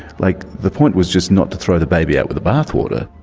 like, the point was just not to throw the baby out with the bathwater.